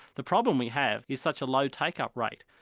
the problem we have is such a low take up rate.